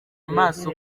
amaso